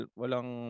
walang